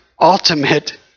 ultimate